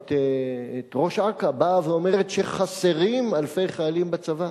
את ראש אכ"א באה ואומרת שחסרים אלפי חיילים בצבא,